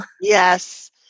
Yes